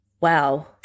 Wow